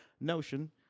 notion